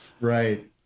Right